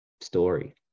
story